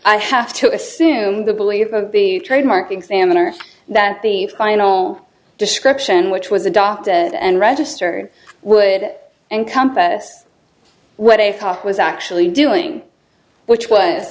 i have to assume the believe of the trademark examiner that the final description which was adopted and registered would encompass what i thought was actually doing which was